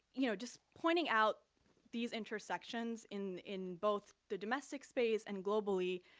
you know just pointing out these intersections in in both the domestic space and globally,